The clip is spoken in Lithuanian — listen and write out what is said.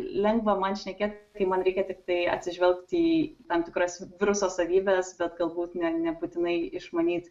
lengva man šnekėt kai man reikia tiktai atsižvelgt į tam tikras viruso savybes bet galbūt ne nebūtinai išmanyt